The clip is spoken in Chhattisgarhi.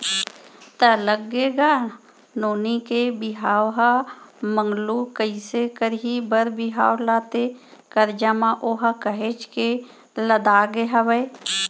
त लग गे का नोनी के बिहाव ह मगलू कइसे करही बर बिहाव ला ते करजा म ओहा काहेच के लदागे हवय